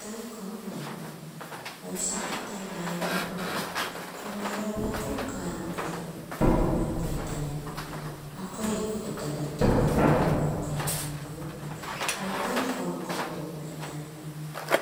Toi kompogim, egu sinto tepaigu egu akoi nkoma uncle pogoa nko itamiro upuroo egu toi ikonko